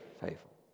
faithful